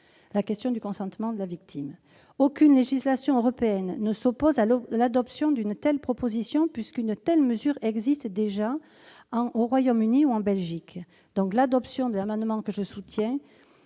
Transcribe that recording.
la question du consentement de la victime. Aucune règle au niveau européen ne s'oppose à l'adoption d'une telle proposition, puisqu'une telle mesure existe déjà au Royaume-Uni ou encore en Belgique. L'adoption de l'amendement n° 24 rectifié